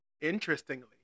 Interestingly